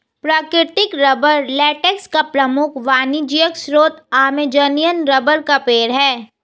प्राकृतिक rubber latex का प्रमुख वाणिज्यिक स्रोत अमेज़ॅनियन रबर का पेड़ है